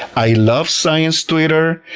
i love science twitter.